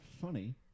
funny